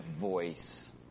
voice